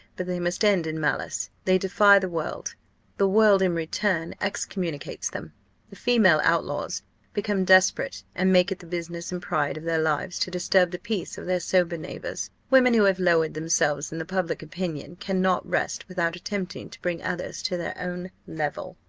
but they must end in malice. they defy the world the world in return excommunicates them the female outlaws become desperate, and make it the business and pride of their lives to disturb the peace of their sober neighbours. women who have lowered themselves in the public opinion cannot rest without attempting to bring others to their own level.